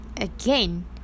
Again